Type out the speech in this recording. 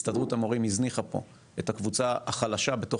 הסתדרות המורים הזניחה פה את הקבוצה החלשה בתוך